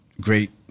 great